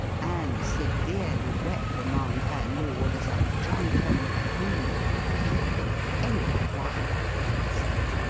and severely reprimand her lord as a drunken fool capable of any wild fancy!